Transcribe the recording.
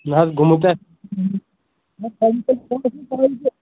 نہ حظ گوٚمُت